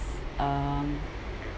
um